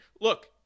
look